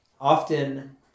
often